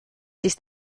ist